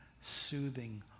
soothing